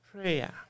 prayer